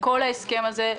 כל ההסכם הזה,